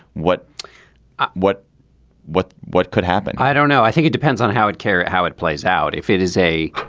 what what what what could happen i don't know. i think it depends on how it care how it plays out. if it is a.